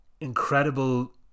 incredible